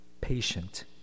patient